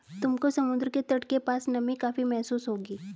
तुमको समुद्र के तट के पास नमी काफी महसूस होगी